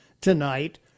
tonight